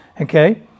okay